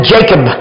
Jacob